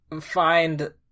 find